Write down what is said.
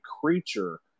creature